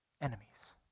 enemies